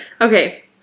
Okay